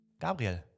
Gabriel